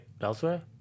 elsewhere